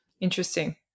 Interesting